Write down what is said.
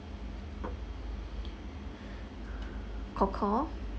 coco